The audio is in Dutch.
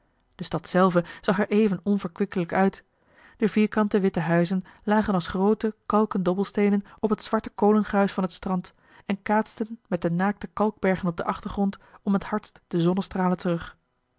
de stad zelve zag er even onverkwikkelijk uit de vierkante witte huizen lagen als groote kalken dobbelsteenen op het zwarte kolengruis van het strand en kaatsten met de naakte kalkbergen op den achtergrond om het hardst de zonnestralen terug